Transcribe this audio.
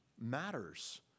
matters